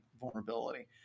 vulnerability